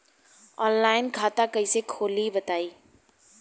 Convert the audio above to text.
Online खाता कइसे खोली बताई?